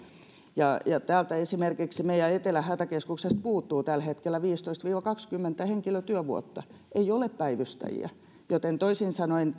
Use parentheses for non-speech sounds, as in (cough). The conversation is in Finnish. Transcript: ja esimerkiksi täältä meidän etelän hätäkeskuksesta puuttuu tällä hetkellä viisitoista viiva kaksikymmentä henkilötyövuotta ei ole päivystäjiä joten toisin sanoen (unintelligible)